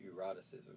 eroticism